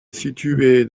située